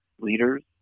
leaders